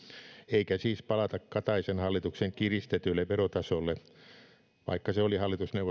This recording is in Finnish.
eikä siis palata kataisen hallituksen kiristetylle verotasolle vaikka se oli hallitusneuvotteluissa esillä kohtalainen lopputulos mielestäni kaiken